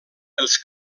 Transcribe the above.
els